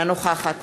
אינה נוכחת